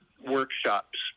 workshops